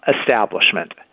establishment